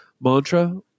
Mantra